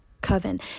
Coven